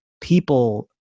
people